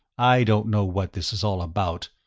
i don't know what this is all about.